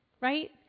right